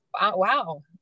wow